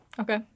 Okay